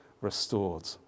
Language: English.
restored